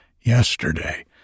yesterday